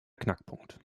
knackpunkt